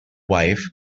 wife